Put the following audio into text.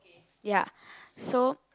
ya so